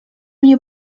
mnie